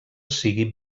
sigui